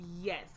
Yes